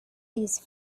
these